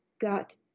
got